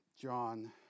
John